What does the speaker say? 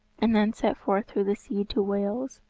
and then set forth through the sea to wales.